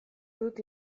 dut